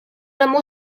olime